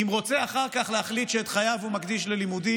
אם הוא רוצה אחר כך להחליט שאת חייו הוא מקדיש ללימודים,